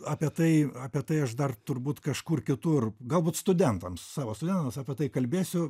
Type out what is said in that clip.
apie tai apie tai aš dar turbūt kažkur kitur galbūt studentams savo studentams apie tai kalbėsiu